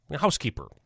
housekeeper